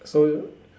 so